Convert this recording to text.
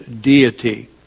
deity